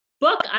book